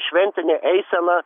šventinė eisena